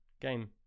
game